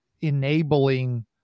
enabling